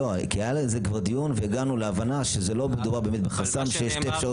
זה דיון והגענו להבנה שזה לא מדובר בחסם שיש 2 אפשרויות